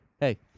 hey